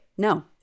No